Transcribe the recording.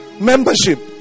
Membership